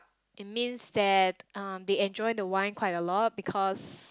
it means that um they enjoy the wine quite a lot because